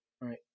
right